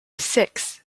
six